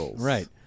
Right